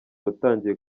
watangiye